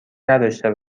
نداشته